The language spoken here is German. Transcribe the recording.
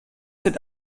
sind